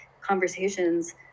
conversations